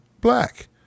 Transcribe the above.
black